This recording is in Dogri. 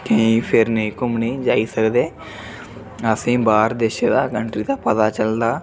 केईं फिरने गी घूमने जाई सकदे असेंगी बाह्र देशें दा कंट्री दा पता चलदा